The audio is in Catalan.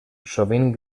sovint